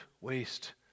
waste